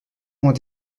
ont